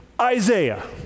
Isaiah